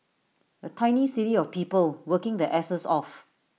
A tiny city of people working their asses off